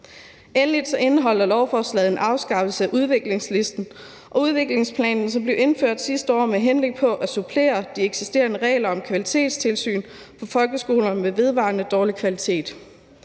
Endelig indeholder lovforslaget en afskaffelse af udviklingslisten og udviklingsplanen, som blev indført sidste år med henblik på at supplere de eksisterende regler om kvalitetstilsyn for folkeskoler med vedvarende dårlig kvalitet.